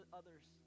others